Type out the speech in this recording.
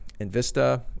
Invista